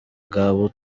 babiri